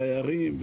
תיירים.